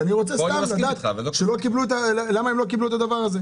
אז אני רוצה לדעת למה הם לא קיבלו את הדבר הזה.